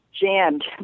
jammed